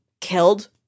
killed